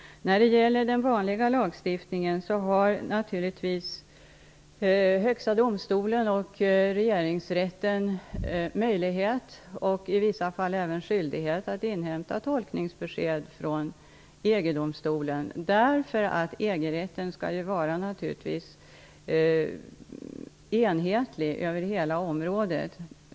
När det gäller den vanliga lagstiftningen har naturligtvis Högsta domstolen och Regeringsrätten möjlighet, och i vissa fall även skyldighet, att inhämta tolkningsbesked från EG-domstolen. EG rätten skall naturligtvis vara enhetlig över hela området.